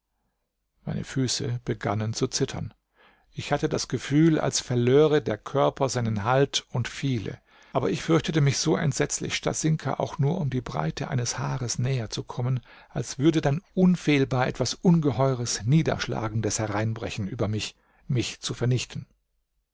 meine füße begannen zu zittern ich hatte das gefühl als verlöre der körper seinen halt und fiele aber ich fürchtete mich so entsetzlich stasinka auch nur um die breite eines haares näher zu kommen als würde dann unfehlbar etwas ungeheures niederschlagendes hereinbrechen über mich mich zu vernichten